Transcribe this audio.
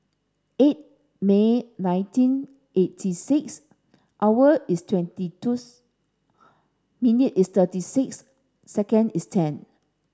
eight May nineteen eighty six hour is twenty two's minute is thirty six second is ten